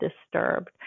disturbed